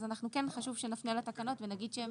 כן חשוב שנפנה לתקנות ונגיד שהן